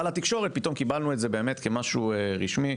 לתקשורת פתאום קיבלנו את זה כמשהו רשמי.